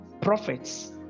prophets